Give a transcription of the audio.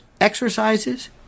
exercises